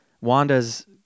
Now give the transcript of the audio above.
Wanda's